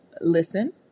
listen